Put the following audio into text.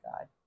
God